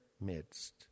midst